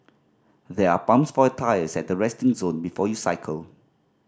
there are pumps for your tyres at the resting zone before you cycle